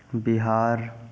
Bihar